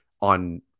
on